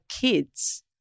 kids